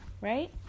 right